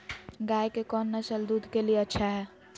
गाय के कौन नसल दूध के लिए अच्छा है?